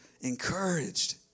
encouraged